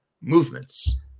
movements